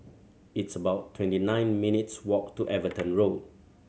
it's about twenty nine minutes' walk to Everton Road